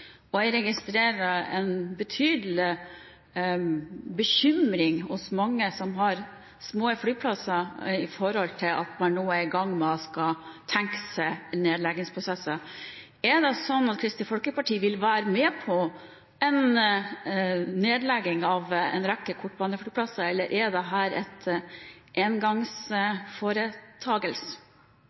og jeg registrerer en betydelig bekymring hos mange som har små flyplasser når man er i gang med å tenke på nedleggingsprosesser. Vil Kristelig Folkeparti være med på en nedlegging av en rekke kortbaneflyplasser, eller er dette en engangsforeteelse? Jeg vil heller si det